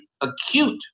acute